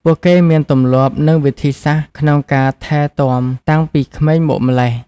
ពួកគេមានទម្លាប់ និងវិធីសាស្ត្រក្នុងការថែទាំតាំងពីក្មេងមកម្ល៉េះ។